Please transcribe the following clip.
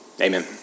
Amen